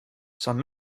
saan